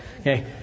Okay